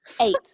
Eight